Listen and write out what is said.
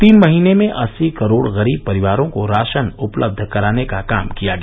तीन महीने में अस्सी करोड़ गरीब परिवारों को राशन उपलब्ध कराने का काम किया गया